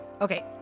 Okay